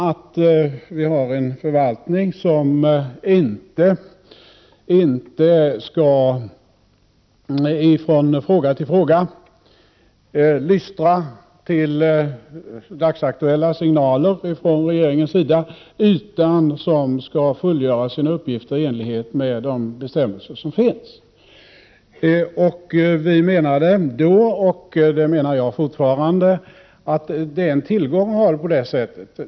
Det betyder att förvaltningen inte i fråga efter fråga skall lystra till dagsaktuella signaler från regeringens sida utan skall fullgöra sina uppgifter i enlighet med de bestämmelser som finns. Vi menade då, och det menar jag fortfarande, att det är en tillgång att ha det på det sättet.